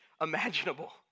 imaginable